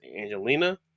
Angelina